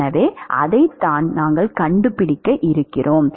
எனவே அதைத்தான் நாங்கள் கண்டுபிடிக்கப் போகிறோம்